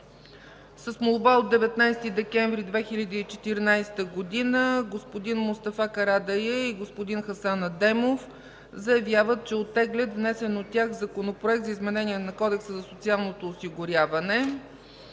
С молба от 19 декември 2014 г. господин Мустафа Карадайъ и господин Хасан Адемов заявяват, че оттеглят внесен от тях Законопроект за изменение на Кодекса за социалното осигуряване.